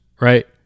right